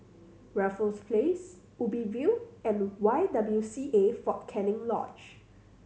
Raffles Place Ubi View and Y W C A Fort Canning Lodge